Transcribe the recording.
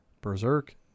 Berserk